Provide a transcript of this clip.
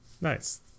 Nice